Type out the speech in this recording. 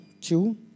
two